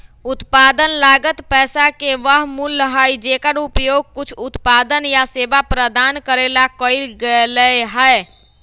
उत्पादन लागत पैसा के वह मूल्य हई जेकर उपयोग कुछ उत्पादन या सेवा प्रदान करे ला कइल गयले है